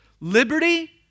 Liberty